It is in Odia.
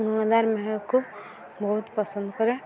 ଗଙ୍ଗାଧର ମେହେରକୁ ବହୁତ ପସନ୍ଦ କରେ